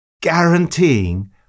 guaranteeing